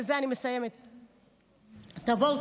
ובזה אני מסיימת: תבואו,